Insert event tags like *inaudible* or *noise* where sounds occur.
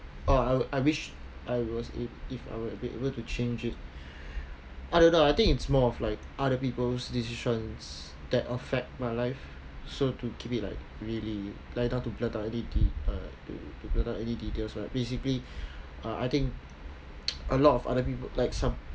uh I I wish I was ab~ if I would be able to change it *breath* I don't know I think it's more of like other people's decisions that affect my life so to keep it like really like not to blurt out any to blurt out any details but basically uh I think *noise* a lot of other people like some